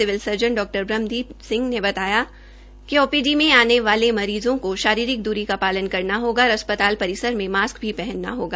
civil surgeon डॉ ब्रहम्दीप सिंह ने बताया कि ओपीडी में आने जाने वाले मरीज़ को शारीरिक दूरी का पालन करना होगा और अस्पताल परिसर में मास्क भी पहनना होगा